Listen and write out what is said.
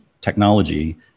technology